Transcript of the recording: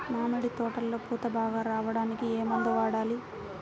మామిడి తోటలో పూత బాగా రావడానికి ఏ మందు వాడాలి?